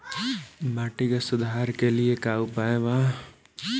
माटी के सुधार के लिए का उपाय बा?